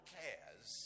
cares